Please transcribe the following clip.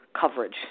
coverage